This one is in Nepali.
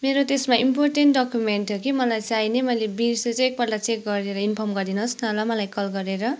मेरो त्यसमा इम्पोर्टेन्ट डक्युमेन्ट थियो कि मलाई चाहिने मैले बिर्सेछु एकपल्ट चेक गरेर इन्फर्म गरि दिनुहोस् न ल मलाई कल गरेर